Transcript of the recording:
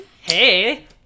hey